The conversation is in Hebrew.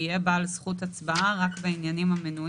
הרביעי הוא המנהל הכללי של משרד התחבורה בעצם יש כאן שלושה